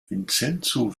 vincenzo